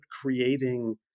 creating